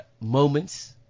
moments